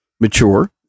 mature